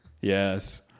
Yes